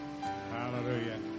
Hallelujah